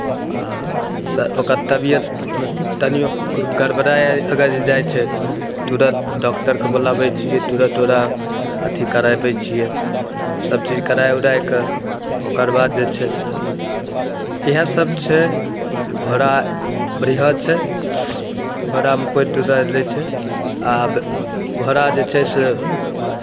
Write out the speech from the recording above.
आ स ओकर तबियतमे तनिओ गड़बड़ाय अगर जाइ छै तुरन्त डाॅक्टरकेँ बुलाबै छियै तुरन्त ओकरा अथि कराबै छियै सभचीज कराए उराए कऽ ओकर बाद जे छै से इएहसभ छै जे घोड़ा बढ़िआँ छै घोड़ामे कोइ बुराइ नहि छै आब घोड़ा जे छै से